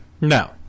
No